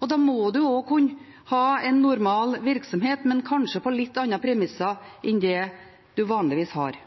og da må en også kunne ha en normal virksomhet, men kanskje på litt andre premisser enn det en vanligvis har.